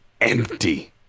empty